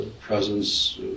presence